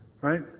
right